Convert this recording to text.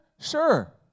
Sure